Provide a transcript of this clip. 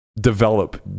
develop